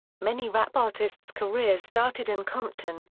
many rap artists' careers started in compton,